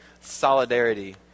solidarity